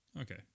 Okay